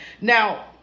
now